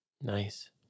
Nice